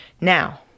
Now